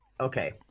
Okay